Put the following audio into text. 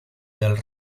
del